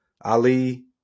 Ali